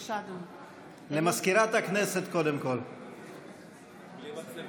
(קוראת בשמות חברי הכנסת) אלי אבידר,